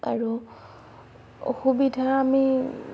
আৰু অসুবিধা আমি